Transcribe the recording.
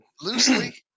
loosely